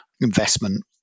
investment